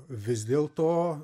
vis dėlto